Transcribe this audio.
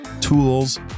tools